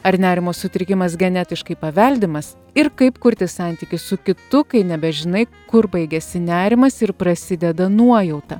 ar nerimo sutrikimas genetiškai paveldimas ir kaip kurti santykius su kitu kai nebežinai kur baigiasi nerimas ir prasideda nuojauta